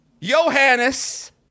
Johannes